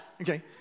okay